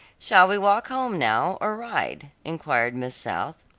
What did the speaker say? shall we walk home now, or ride? enquired miss south.